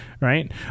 right